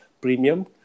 premium